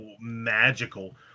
magical